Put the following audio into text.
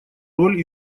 роль